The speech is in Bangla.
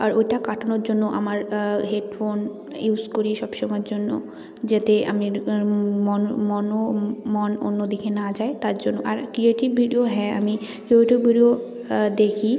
আর ওটা কাটানোর জন্য আমার হেডফোন ইউজ করি সবসময়ের জন্য যাতে আমার মন মনও মন অন্যদিকে না যায় তার জন্য আর ক্রিয়েটিভ ভিডিও হ্যাঁ আমি ক্রিয়েটিভ ভিডিও দেখি